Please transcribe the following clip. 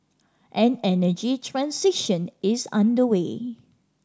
an energy transition is underway